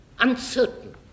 uncertain